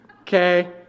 Okay